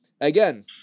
again